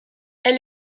elle